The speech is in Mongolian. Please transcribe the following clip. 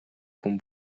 хүн